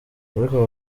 ariko